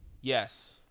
Yes